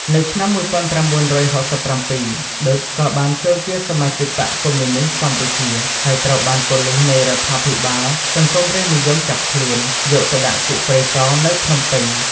នៅឆ្នាំ១៩៦៧ ឌុច ក៏បានចូលជាសមាជិកបក្សកុម្មុយនីស្តកម្ពុជាហើយត្រូវបានប៉ូលិសនៃរដ្ឋាភិបាលសង្គមរាស្រ្តនិយមចាប់ខ្លួន យកទៅដាក់គុកព្រៃស នៅភ្នំពេញ។